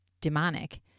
demonic